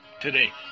today